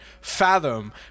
fathom